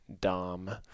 Dom